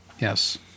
Yes